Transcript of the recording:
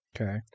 Okay